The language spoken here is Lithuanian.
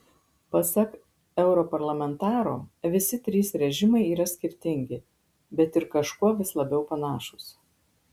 pasak europarlamentaro visi trys režimai yra skirtingi bet ir kažkuo vis labiau panašūs